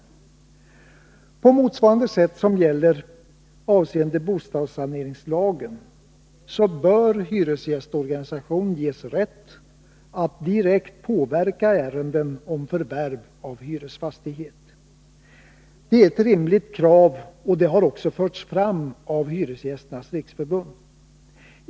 q På motsvarande sätt som gäller i fråga om bostadssaneringslagen bör hyresgästorganisation ges rätt att direkt påverka ärenden om förvärv av hyresfastighet. Det är ett rimligt krav, och det har också förts fram av Hyresgästernas riksförbund.